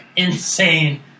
Insane